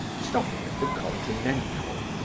stopping at the continental,